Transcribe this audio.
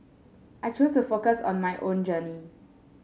I choose to focus on my own journey